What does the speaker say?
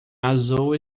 azul